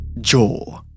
Jaw